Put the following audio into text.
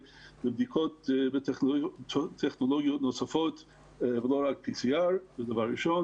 לבדיקות בטכנולוגיות נוספות ולא רק PCR. זה דבר ראשון.